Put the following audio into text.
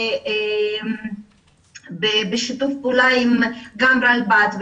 בשיתוף פעולה עם רלב"ד,